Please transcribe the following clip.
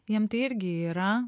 jiem tai irgi yra